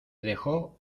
dejó